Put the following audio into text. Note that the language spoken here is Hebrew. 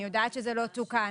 אני יודעת שזה לא תוקן.